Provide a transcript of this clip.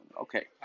okay